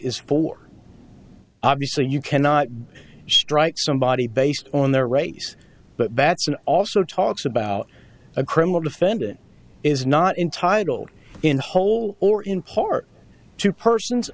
is for obviously you cannot strike somebody based on their race but batson also talks about a criminal defendant is not entitled in whole or in part to persons